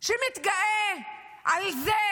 שמתגאה על זה